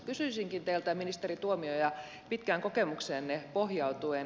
kysyisinkin teiltä ministeri tuomioja pitkään kokemukseenne pohjautuen